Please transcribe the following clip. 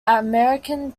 american